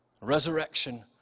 resurrection